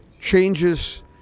changes